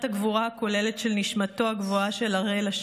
הגבורה הכוללת של נשמתו הגבוהה של הראל,